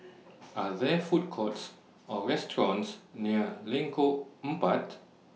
Are There Food Courts Or restaurants near Lengkok Empat